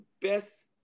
best